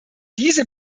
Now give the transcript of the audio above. diese